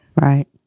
Right